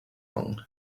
long